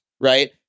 right